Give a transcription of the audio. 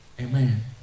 amen